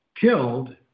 killed